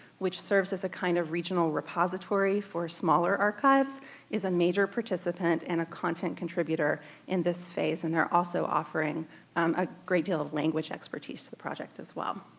which serves as a kind of regional repository for smaller archives is a major participant and a content contributor in this phase, and they're also offering a great deal of language expertise to the project as well.